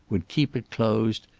would keep it closed,